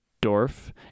dorf